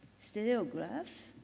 stereograph,